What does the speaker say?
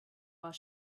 while